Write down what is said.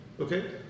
okay